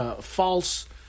false